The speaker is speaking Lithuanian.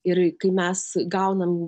ir kai mes gaunam